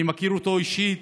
אני מכיר אותו אישית,